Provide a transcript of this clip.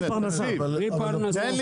נכון.